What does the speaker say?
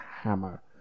hammer